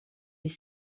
les